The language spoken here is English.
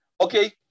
Okay